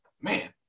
man